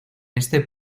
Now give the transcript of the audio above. este